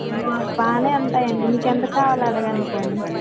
బాగానే ఉంటాయండి మీకు ఎంతకి కావాలో అడగండి పోనీ